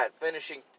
finishing